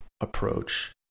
approach